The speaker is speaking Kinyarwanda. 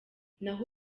naho